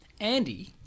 Andy